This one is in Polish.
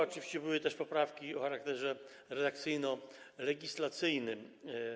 Oczywiście były też poprawki o charakterze redakcyjno-legislacyjnym.